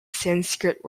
sanskrit